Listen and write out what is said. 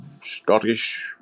Scottish